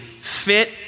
fit